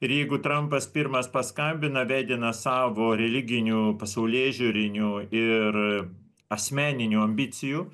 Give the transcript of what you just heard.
ir jeigu trampas pirmas paskambina vedinas savo religinių pasaulėžiūrinių ir asmeninių ambicijų